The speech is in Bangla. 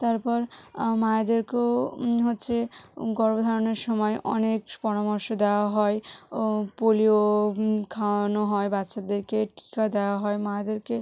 তারপর মায়েদেরকেও হচ্ছে গর্ভ ধারণের অনেক পরামর্শ দেওয়া হয় ও পোলিও খাওয়ানো হয় বাচ্চাদেরকে টিকা দেওয়া হয় মায়েদেরকে